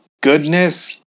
goodness